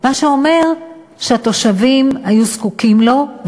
מה שאומר שהתושבים היו זקוקים לו,